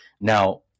Now